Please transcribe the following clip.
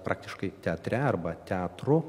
praktiškai teatre arba teatru